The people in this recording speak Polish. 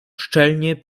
szczelnie